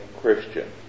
Christian